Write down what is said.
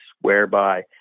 whereby